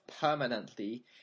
permanently